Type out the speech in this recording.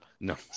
No